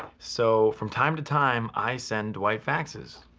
so from time to time, i send dwight faxes,